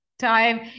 time